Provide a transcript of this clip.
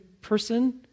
person